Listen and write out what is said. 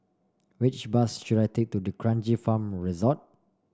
which bus should I take to D'Kranji Farm Resort